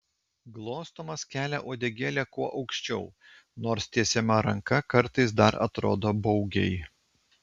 glostomas kelia uodegėlę kuo aukščiau nors tiesiama ranka kartais dar atrodo baugiai